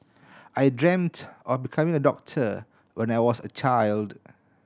I dreamt of becoming a doctor when I was a child